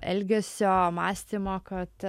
elgesio mąstymo kad